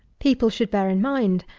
people should bear in mind,